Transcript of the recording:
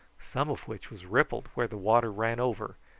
some of which was rippled where the water ran over,